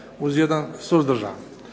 uz jedan suzdržan.